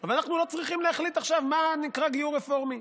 אבל אנחנו לא צריכים להחליט עכשיו מה נקרא גיור רפורמי.